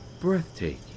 Breathtaking